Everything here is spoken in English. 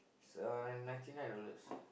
it's around ninety nine dollars